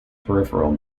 peripheral